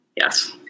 Yes